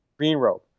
Greenrope